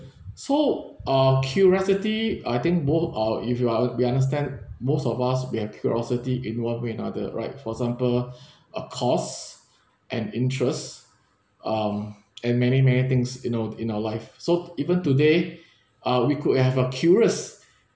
so uh curiosity I think both are if you are uh we understand most of us we have curiosity in one way or another right for example a cause and interest um and many many things in our in our life so even today uh we could have a curious